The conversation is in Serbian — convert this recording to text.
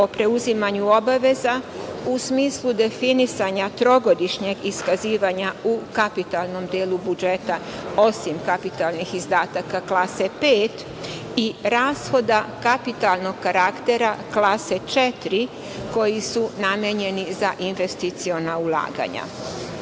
o preuzimanju obaveza u smislu definisanja trogodišnjem iskazivanja u kapitalnom delu budžeta, osim kapitalnih izdataka klase pet i rashoda kapitalnog karaktera klase četiri, koji su namenjeni za investiciona ulaganja?